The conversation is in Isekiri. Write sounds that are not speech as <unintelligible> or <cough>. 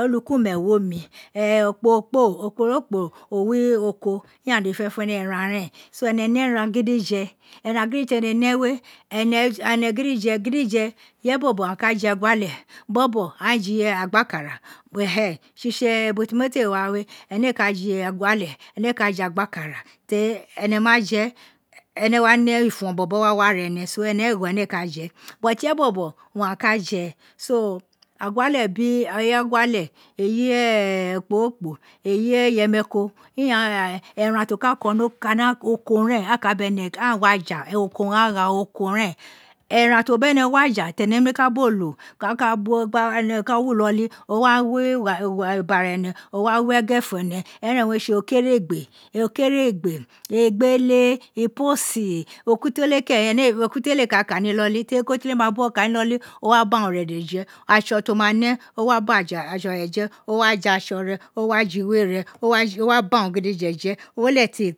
olukume wi omi <hesitation> okporokpo wi oko ighan dede fenefene eran ren so ene ne era gidife, eran gidije teni ne we ene <hesitation> gidife gidif irefe bobo aghan ka je egua bobo aghan je agbakara <unintelligible> tsitsi ubo mofe wa we ene ee ka je eguale ene ee ka je agbakare teri ene ma je ene wa ne <hesitation> ifon bobo wa wara ene so ene gho ene ee fa je bit irefe bobo owun aka je so eguale bi <hesitation> egi eguale eyi okpoghorokpo eyi iyemeriko ighan eran ti o ka <hesitation> kwun oka ren a ka bene <hesitation> aghan ee wa fa oko owun agha gha oko ren, eran to bene wa ja tene nemi ka bolo ka <hesitation> wo iloli o wa wi eribara re o wa wi egere fun ene eren we tsitsi eri egbe eke regbe, egbele iposi ekutele keren eni <hesitation> ekutele ee ka kani iloli ten ekutele ma buwo kani, loli o wa ba anem ne dede je atso ti wo ma ne, o oa ba atso re je, owa je atso re o wa je we re o wa je <hesitation> ba urun gidije je uwun re aghe ti.